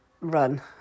run